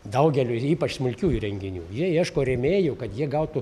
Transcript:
daugeliui ypač smulkiųjų renginių jie ieško rėmėjų kad jie gautų